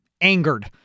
angered